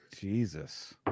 Jesus